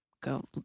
go